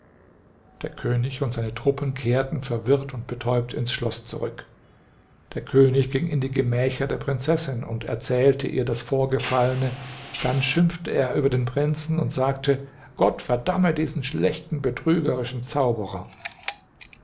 der könig und seine truppen kehrten verwirrt und betäubt ins schloß zurück der könig ging in die gemächer der prinzessin und erzählte ihr das vorgefallene dann schimpfte er über den prinzen und sagte gott verdamme diesen schlechten betrügerischen zauberer